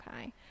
okay